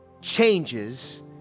changes